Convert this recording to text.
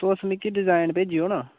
तुस मिकी डिजाईन भेजेओ ना